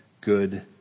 good